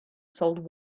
sold